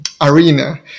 arena